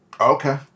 Okay